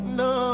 no